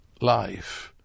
life